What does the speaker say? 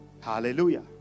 hallelujah